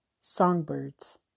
Songbirds